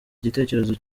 igitekerezo